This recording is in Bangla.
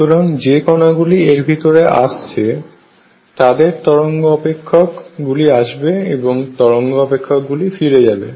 সুতরাং যে কণাগুলি এর ভিতরে আসছে তাদের তরঙ্গ আপেক্ষক গুলি আসবে এবং তরঙ্গ আপেক্ষক গুলি ফিরে যাবে